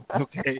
Okay